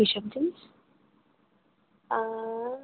এসব জিনিস